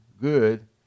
good